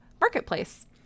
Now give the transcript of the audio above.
marketplace